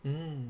mm